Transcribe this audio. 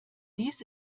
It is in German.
dies